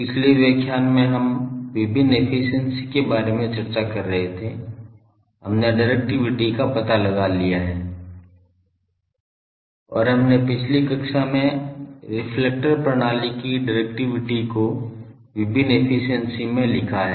और हमने पिछली कक्षा में रिफ्लेक्टर प्रणाली की डिरेक्टिविटी को विभिन्न एफिशिएंसी में लिखा है